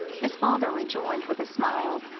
his father rejoined with a smile.